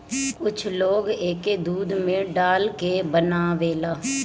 कुछ लोग एके दूध में डाल के बनावेला